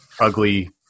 ugly